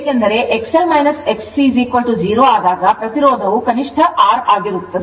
ಏಕೆಂದರೆ XL XC 0 ಆದಾಗ ಪ್ರತಿರೋಧವು ಕನಿಷ್ಠ R ಆಗಿರುತ್ತದೆ